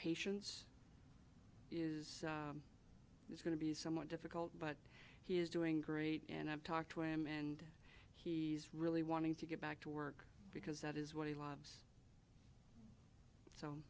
patience is it's going to be somewhat difficult but he is doing great and i've talked to him and he's really wanting to get back to work because that is what he lives so